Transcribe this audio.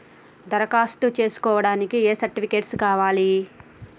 దరఖాస్తు చేస్కోవడానికి ఏ సర్టిఫికేట్స్ కావాలి?